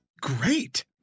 great